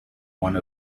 one